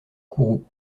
kourou